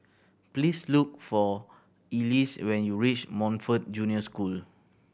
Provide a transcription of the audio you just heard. please look for Elease when you reach Montfort Junior School